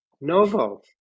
Novo